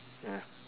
ya